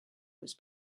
was